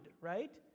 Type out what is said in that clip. right